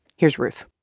here's ruth